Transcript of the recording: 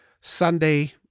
Sunday